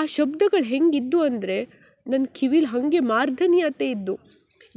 ಆ ಶಬ್ದಗಳು ಹೆಂಗೆ ಇದ್ದು ಅಂದರೆ ನನ್ನ ಕಿವಿಲಿ ಹಾಗೇ ಮಾರ್ದನಿ ಆತೆ ಇದ್ದು